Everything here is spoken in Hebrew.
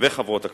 וחברות הכנסת,